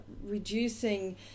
reducing